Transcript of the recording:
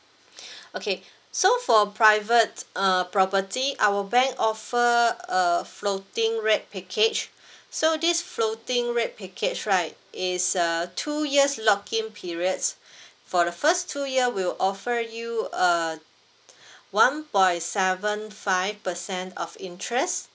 okay so for private err property our bank offer a floating rate package so this floating rate package right is uh two years lock in periods for the first two year we'll offer you uh one point seven five percent of interest